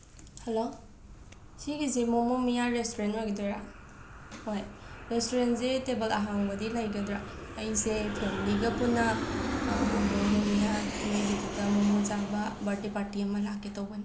hello ꯁꯤꯒꯤꯁꯦ ꯃꯣꯃꯣꯃꯤꯌꯥ restaurant ꯑꯣꯏꯒꯗꯣꯏꯔ ꯍꯣꯏ ꯔꯦꯁꯇꯨꯔꯦꯟꯁꯦ ꯇꯦꯕꯜ ꯑꯍꯥꯡꯕꯗꯤ ꯂꯩꯒꯗꯔ ꯑꯩꯁꯦ ꯐꯦꯃꯤꯂꯤꯒ ꯄꯨꯟꯅ ꯃꯣꯃꯣꯃꯤꯌꯥ ꯅꯣꯏꯒꯤꯗꯨꯗ ꯃꯣꯃꯣ ꯆꯥꯕ ꯕꯥꯔꯠꯗꯦ ꯄꯥꯔꯇꯤ ꯑꯃ ꯂꯥꯛꯀꯦ ꯇꯧꯕꯅꯦ